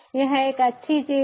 यह एक अच्छी चीज है